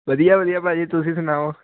ਵਧੀਆ ਵਧੀਆ ਭਾਅ ਜੀ ਤੁਸੀਂ ਸੁਣਾਓ